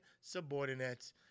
subordinates